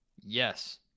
Yes